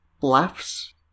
laughs